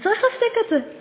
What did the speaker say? וצריך להפסיק את זה.